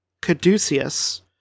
Caduceus